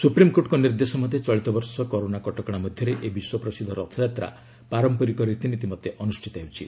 ସୁପ୍ରିମକୋର୍ଟଙ୍କ ନିର୍ଦ୍ଦେଶ ମତେ ଚଳିତବର୍ଷ କରୋନା କଟକଣା ମଧ୍ୟରେ ଏହି ବିଶ୍ୱ ପ୍ରସିଦ୍ଧ ରଥଯାତ୍ରା ପାରମ୍ପରିକ ରୀତିନୀତି ମତେ ଅନୁଷ୍ଠିତ ହେଉଛି